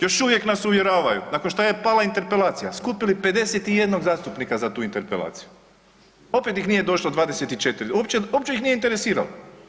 Još uvijek nas uvjeravaju nakon što je pala interpelacija skupili 51 zastupnika za tu interpelaciju opet ih nije došlo 24, uopće ih nije interesiralo.